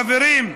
חברים,